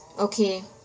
okay